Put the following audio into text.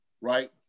right